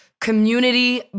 community